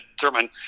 determine